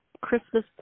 Christmas